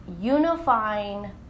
unifying